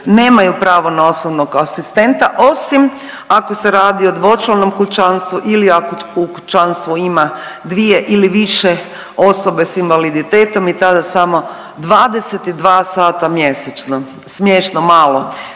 nemaju pravo na osobnog asistenta, osim ako se radi o dvočlanom kućanstvu ili ako u kućanstvu ima dvije ili više osoba s invaliditetom i tada samo 22 sata mjesečno. Smiješno malo,